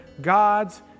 God's